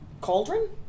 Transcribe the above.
Cauldron